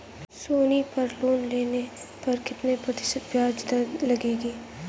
सोनी पर लोन लेने पर कितने प्रतिशत ब्याज दर लगेगी?